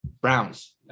Browns